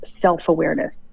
self-awareness